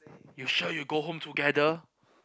you sure you go home together